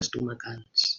estomacals